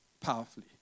Powerfully